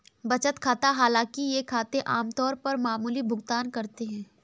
बचत खाता हालांकि ये खाते आम तौर पर मामूली भुगतान करते है